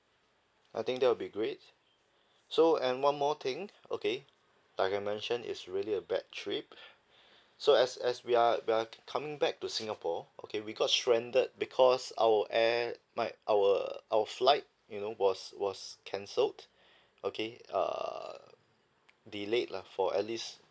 I think that will be great so and one more thing okay like I mention is really a bad trip so as as we are we are coming back to singapore okay we got stranded because our air my our our flight you know was was cancelled okay err delayed lah for at least